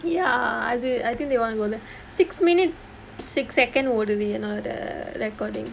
ya அது:athu I think they want to go there six minute six second ஓடுது என்னோடே:ooduthu ennodae recording